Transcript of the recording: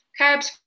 carbs